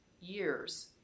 years